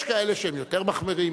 יש כאלה שהם יותר מחמירים,